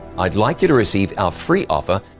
i'd like you to receive our free offer,